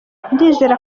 ndizera